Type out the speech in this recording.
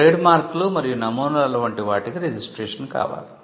ట్రేడ్మార్క్లు మరియు నమూనాలు వంటి వాటికి రిజిస్ట్రేషన్ కావాలి